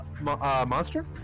Monster